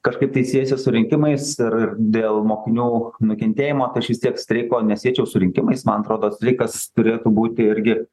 kažkaip tai siejasi su rinkimais ir ir dėl mokinių nukentėjimo tai aš vis tiek streiko nesiečiau su rinkimais man atrodo streikas turėtų būti irgi